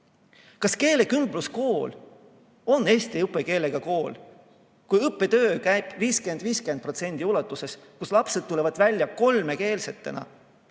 Kas keelekümbluskool on eesti õppekeelega kool, kui õppetöö käib kuni 50 : 50% ulatuses, kust lapsed tulevad välja kolmekeelsetena,